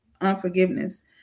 unforgiveness